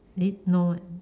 eh no leh